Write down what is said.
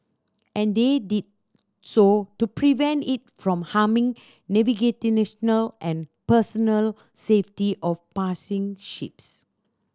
and they did so to prevent it from harming and personnel safety of passing ships